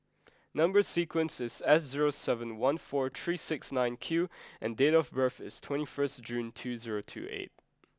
number sequence is S zero seven one four three six nine Q and date of birth is twenty first June two zero two eight